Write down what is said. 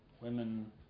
women